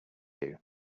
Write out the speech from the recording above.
you